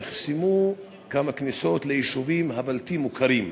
נחסמו כמה כניסות ליישובים הבלתי-מוכרים,